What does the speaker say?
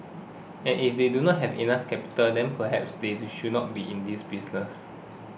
and if they don't have enough capital then perhaps they should not be in this business